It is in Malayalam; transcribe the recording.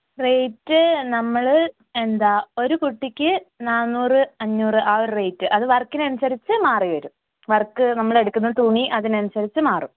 റേയ്റ്റ് നമ്മൾ എന്താ ഒരു കുട്ടിക്ക് നാനൂറ് അഞ്ഞൂറ് ആ ഒരു റേയ്റ്റ് അത് വർക്കിനനുസരിച്ച് മാറിവരും വർക്ക് നമ്മൾ എടുക്കുന്ന തുണി അതിനനുസരിച്ച് മാറും